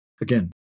Again